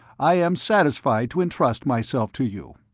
i am satisfied to intrust myself to you.